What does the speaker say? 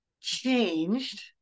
changed